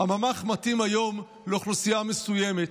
הממ"ח מתאים היום לאוכלוסייה מסוימת.